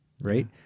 right